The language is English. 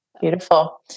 Beautiful